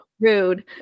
Rude